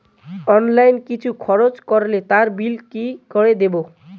Online কিছু খরচ করলে তার বিল কি করে দেবো?